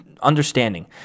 understanding